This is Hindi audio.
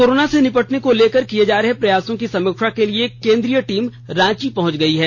कोरोना से निपटने को लेकर किये जा रहे प्रयासों की समीक्षा के लिए केंद्रीय टीम रांची पहंच गई है